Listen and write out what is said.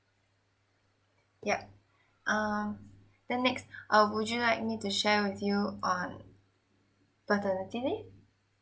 yup um then next uh would you like me to share with you on paternity leave